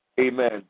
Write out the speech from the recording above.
amen